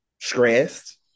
stressed